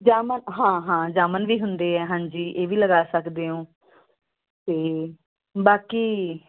ਜਾਮਣ ਹਾਂ ਹਾਂ ਜਾਮਣ ਵੀ ਹੁੰਦੇ ਆ ਹਾਂਜੀ ਇਹ ਵੀ ਲਗਾ ਸਕਦੇ ਹੋ ਅਤੇ ਬਾਕੀ